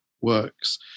works